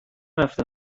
نرفته